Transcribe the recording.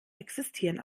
existieren